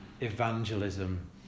evangelism